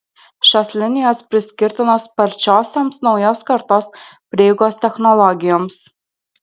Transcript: šios linijos priskirtinos sparčiosioms naujos kartos prieigos technologijoms